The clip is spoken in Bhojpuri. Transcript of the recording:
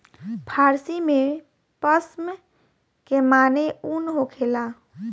फ़ारसी में पश्म के माने ऊन होखेला